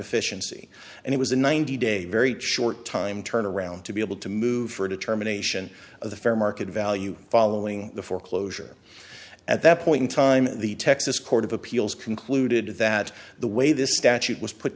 deficiency and it was a ninety day a very short time turnaround to be able to move for a determination of the fair market value following the foreclosure at that point in time the texas court of appeals concluded that the way this statute was put